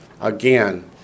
Again